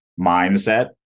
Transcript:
mindset